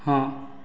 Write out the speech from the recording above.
ହଁ